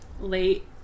late